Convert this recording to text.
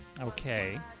Okay